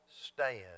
stand